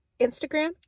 Instagram